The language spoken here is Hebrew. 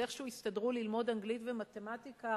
איכשהו הסתדרו ללמוד אנגלית ומתמטיקה